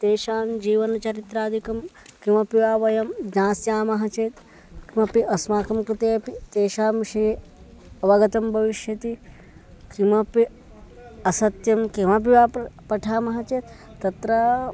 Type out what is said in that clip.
तेषां जीवनचरित्रादिकं किमपि वा वयं ज्ञास्यामः चेत् किमपि अस्माकं कृते अपि तेषां विषये अवगतं भविष्यति किमपि असत्यं किमपि वा प् पठामः चेत् तत्र